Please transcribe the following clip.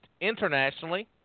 internationally